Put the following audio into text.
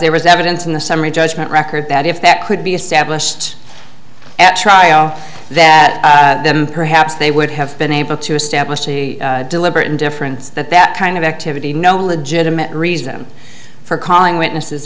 there was evidence in the summary judgment record that if that could be established at trial that perhaps they would have been able to establish a deliberate indifference that that kind of activity no legitimate reason for calling witnesses